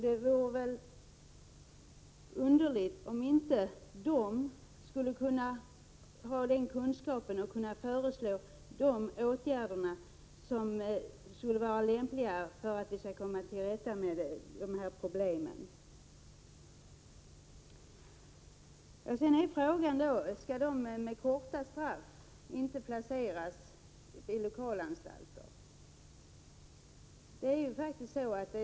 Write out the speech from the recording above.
Det vore väl underligt om man inte därifrån kunde föreslå de åtgärder som skulle vara lämpliga för att vi skall komma till rätta med problemen. Sedan är frågan: Skall de med korta straff inte placeras i lokalanstalter?